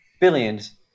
billions